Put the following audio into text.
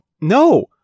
No